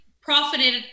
profited